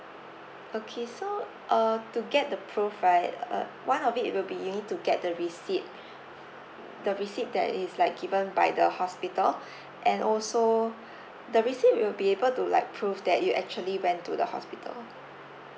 okay so uh to get the proof right uh one of it it will be you need to get the receipt the receipt that is like given by the hospital and also the receipt will be able to like prove that you actually went to the hospital